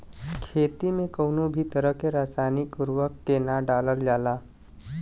खेती में कउनो भी तरह के रासायनिक उर्वरक के ना डालल जाला